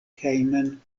hejmen